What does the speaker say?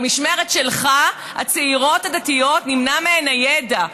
במשמרת שלך הצעירות הדתיות, נמנע מהן הידע.